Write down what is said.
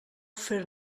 fer